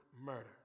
murder